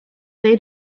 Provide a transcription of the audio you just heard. they